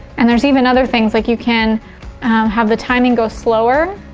and there's even other things like you can have the timing go slower.